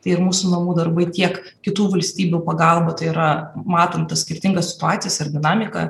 tai ir mūsų namų darbai tiek kitų valstybių pagalba tai yra matant tas skirtingas situacijas ir dinamiką